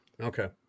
Okay